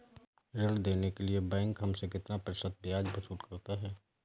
ऋण देने के लिए बैंक हमसे कितना प्रतिशत ब्याज वसूल करता है?